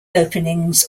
openings